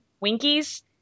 winkies